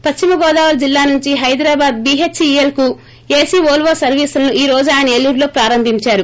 పశ్చిమ గోదావరి జిల్లా నుండి Hyderabad B H E L కు ఏసీ ఓల్పో సర్వీసులను ఈరోజు ఆయన ఏలూరులో ప్రారంభించారు